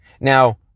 Now